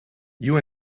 you